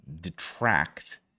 detract